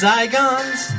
Zygons